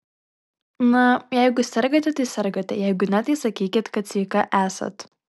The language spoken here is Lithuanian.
na jeigu sergate tai sergate jeigu ne tai sakykit kad sveika esat